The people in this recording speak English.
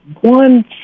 one